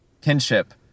kinship